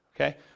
okay